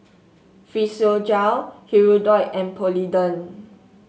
Physiogel Hirudoid and Polident